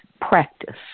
practice